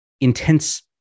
intense